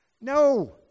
No